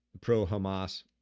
pro-hamas